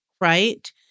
right